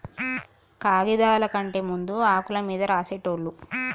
కాగిదాల కంటే ముందు ఆకుల మీద రాసేటోళ్ళు